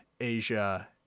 asia